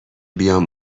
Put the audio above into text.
بیام